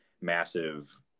massive